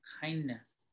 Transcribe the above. kindness